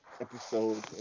episode